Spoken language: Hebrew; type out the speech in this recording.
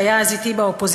שהיה אז אתי באופוזיציה,